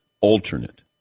alternate